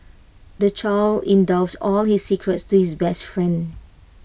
the child in doves all his secrets to his best friend